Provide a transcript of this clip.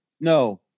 No